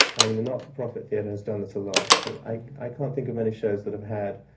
i mean, the not-for-profit theatre has done this a lot, but i i can't think of any shows that have had,